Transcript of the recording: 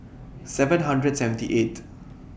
seven hundred seventy eight